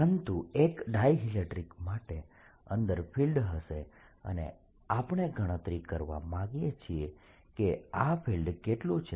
પરંતુ એક ડાયઈલેક્ટ્રીક માટે અંદર ફિલ્ડ હશે અને આપણે ગણતરી કરવા માંગીએ છીએ કે આ ફિલ્ડ કેટલું છે